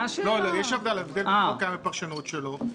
יש הבדל בין חוק קיים ופרשנות שלו,